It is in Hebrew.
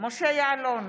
משה יעלון,